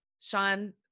Sean